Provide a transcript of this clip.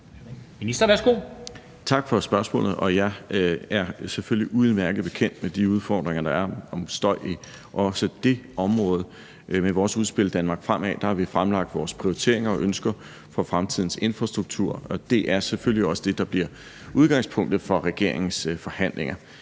Engelbrecht): Tak for spørgsmålet. Jeg er selvfølgelig udmærket bekendt med de udfordringer, der er med støj i også det område. Med vores udspil »Danmark fremad« har vi fremlagt vores prioriteringer og ønsker for fremtidens infrastruktur, og det er selvfølgelig også det, der bliver udgangspunktet for regeringens forhandlinger.